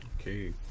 Okay